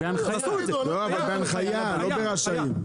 לא, אבל בהנחיה,